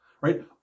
right